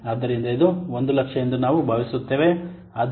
ಆದ್ದರಿಂದ ಇದು 100000 ಎಂದು ನಾನು ಭಾವಿಸುತ್ತೇನೆ